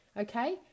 okay